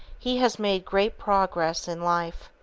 he has made great progress in life.